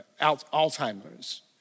Alzheimer's